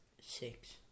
Six